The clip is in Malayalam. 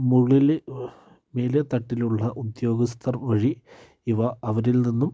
മുകളിൽ മേലെ തട്ടിലുള്ള ഉദ്യോഗസ്ഥർ വഴി ഇവ അവരിൽ നിന്നും